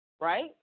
right